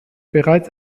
bereits